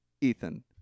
Ethan